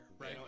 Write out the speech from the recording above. right